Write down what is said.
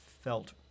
felt